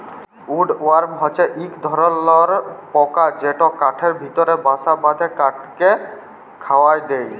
would worm হছে ইক ধরলর পকা যেট কাঠের ভিতরে বাসা বাঁধে কাঠকে খয়ায় দেই